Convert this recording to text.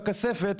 מהכספת,